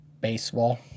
baseball